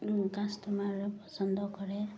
কাষ্টমাৰে পচন্দ কৰে